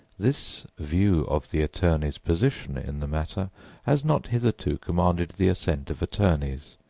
this view of the attorney's position in the matter has not hitherto commanded the assent of attorneys,